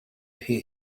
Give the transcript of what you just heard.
hear